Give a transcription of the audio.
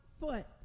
foot